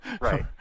Right